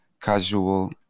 Casual